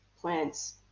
plants